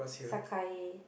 Sakai